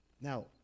Now